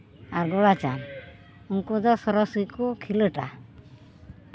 ᱟᱨ ᱜᱳᱨᱟᱪᱟᱸᱫᱽ ᱩᱱᱠᱩ ᱫᱚ ᱥᱚᱨᱮᱥ ᱜᱮᱠᱚ ᱠᱷᱮᱞᱳᱰᱟ